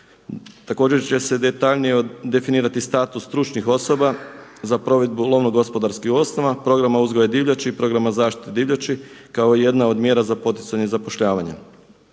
Također će se detaljnije definirati status stručnih osoba za provedbu lovno-gospodarskih osnova, programa uzgoja divljači i programa zaštite divljači kao i jedna od mjera za poticanje zapošljavanja.